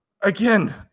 again